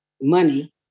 money